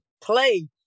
play